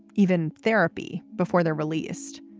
even therapy, before they're released.